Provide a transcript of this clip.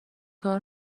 کار